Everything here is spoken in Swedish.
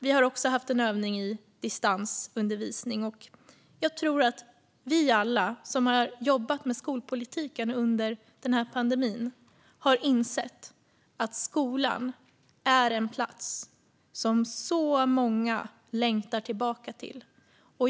Vi har också haft en övning i distansundervisning, och jag tror att vi alla som har jobbat med skolpolitik under pandemin har insett att skolan är en plats som så många längtar tillbaka till.